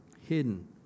hidden